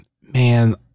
man